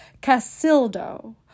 Casildo